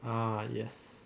ah yes